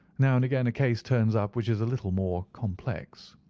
now and again a case turns up which is a little more complex.